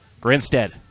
Grinstead